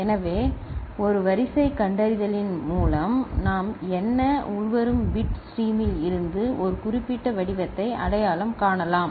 எனவே ஒரு வரிசை கண்டறிதலின் மூலம் நாம் என்ன உள்வரும் பிட் ஸ்ட்ரீமில் இருந்து ஒரு குறிப்பிட்ட வடிவத்தை அடையாளம் காணலாம்